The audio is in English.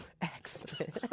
Excellent